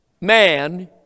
man